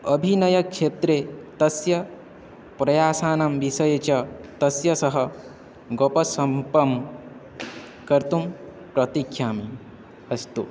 अभिनयक्षेत्रे तस्य प्रयासानां विसये च तस्य सह गोपसम्पं कर्तुं प्रतिक्षामि अस्तु